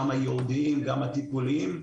גם הייעודיים, גם הטיפוליים?